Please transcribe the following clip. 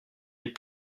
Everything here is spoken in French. est